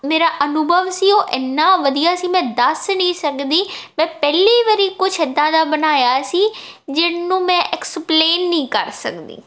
ਮੇਰਾ ਅਨੁਭਵ ਸੀ ਉਹ ਇੰਨਾ ਵਧੀਆ ਸੀ ਮੈਂ ਦੱਸ ਨਹੀਂ ਸਕਦੀ ਮੈਂ ਪਹਿਲੀ ਵਾਰ ਕੁੱਝ ਇੱਦਾਂ ਦਾ ਬਣਾਇਆ ਸੀ ਜਿਹਨੂੰ ਮੈਂ ਐਕਸਪਲੇਨ ਨਹੀਂ ਕਰ ਸਕਦੀ